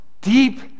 deep